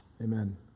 amen